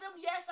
yes